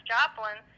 Joplin